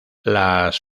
las